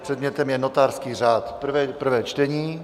Předmětem je notářský řád, prvé čtení.